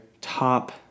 top